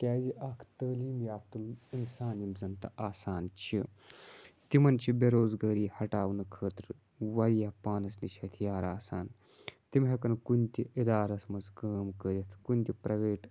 کیازِ اَکھ تعلیٖم یافتہٕ اِنسان یِم زَن تہِ آسان چھِ تِمَن چھِ بےروزگٲری ہَٹاونہٕ خٲطرٕ واریاہ پانَس نِش ۂتھیار آسان تِم ہیکَن کُنتہِ اِدارَس مَنٛز کٲم کٔرِتھ کُنتہِ پریٚویٹ